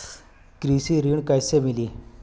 कृषि ऋण कैसे मिली?